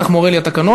כך מורה לי התקנון.